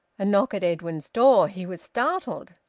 a knock at edwin's door! he was startled.